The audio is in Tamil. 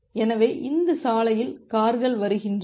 எனவே இந்த சாலையில் கார்கள் வருகின்றன